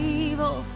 evil